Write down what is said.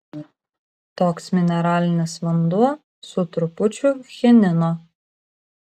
toks mineralinis vanduo su trupučiu chinino